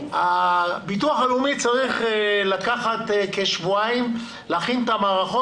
הביטוח הלאומי צריך כשבועיים כדי להכין את המערכות